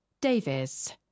Davis